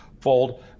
fold